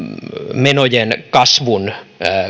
menojen kasvun